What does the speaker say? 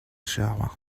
shower